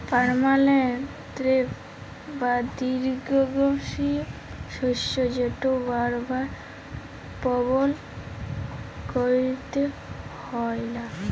permanent crop বা দীঘ্ঘস্থায়ী শস্য যেট বার বার বপল ক্যইরতে হ্যয় লা